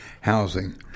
housing